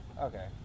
Okay